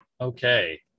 Okay